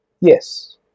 yes